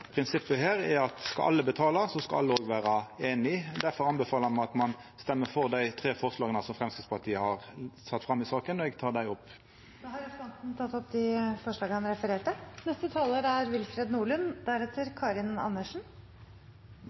prinsippet her er at skal alle betala, skal alle òg vera einige. Difor anbefaler me at ein stemmer for dei tre forslaga Framstegspartiet har sett fram i saka, og eg tek dei opp. Da har representanten Helge André Njåstad tatt opp de forslagene han refererte til.